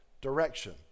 direction